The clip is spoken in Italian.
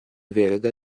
verga